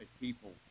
people